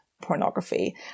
pornography